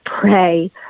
pray